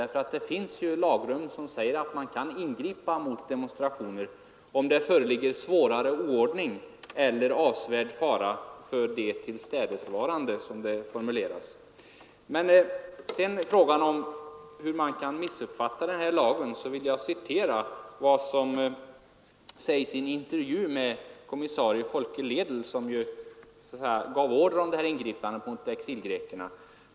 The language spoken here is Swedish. Det finns ju andra lagrum som säger att man kan ingripa mot demonstrationer om det föreligger ”svårare oordning” eller ”avsevärd fara för de tillstädesvarande”, som det formuleras. Möjligheten att ingripa behöver inte utvidgas. Beträffande frågan om hur man kan missuppfatta den här lagen vill jag citera vad som sägs i en intervju med kommissarie Bertil Ledel som ju gav order om ingripandet mot exilgrekerna.